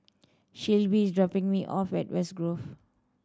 Shelbi dropping me off at West Grove